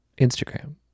Instagram